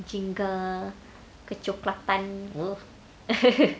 jingga kecoklatan eh